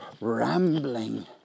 rambling